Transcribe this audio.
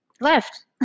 left